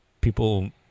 people